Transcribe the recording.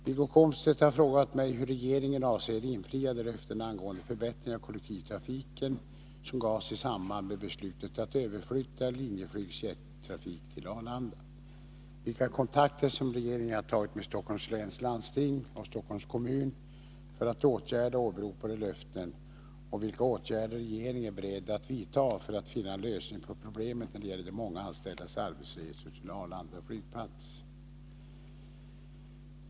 Wiggo Komstedt har frågat mig hur regeringen avser infria de löften angående förbättringar av kollektivtrafiken som gavs i samband med beslutet att överflytta Linjeflygs jettrafik till Arlanda, vilka kontakter som regeringen har tagit med Stockholms läns landsting och Stockholms kommun för att åtgärda åberopade löften och vilka åtgärder regeringen är beredd att vidta för att finna en lösning på problemet när det gäller de många anställdas arbetsresor till Arlanda flygplats.